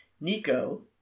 Nico